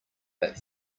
that